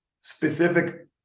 specific